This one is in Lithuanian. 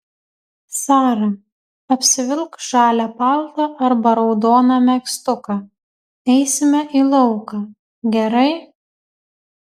sara apsivilk žalią paltą arba raudoną megztuką eisime į lauką gerai